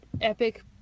epic